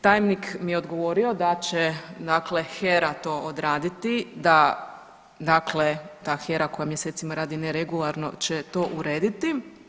Tajnik mi je odgovorio da će dakle HERA to odrediti, da dakle ta HERA koja mjesecima radi neregularno će to urediti.